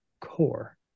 core